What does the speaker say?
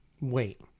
wait